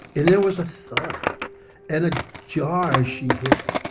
and there was a thud and a jar as she hit.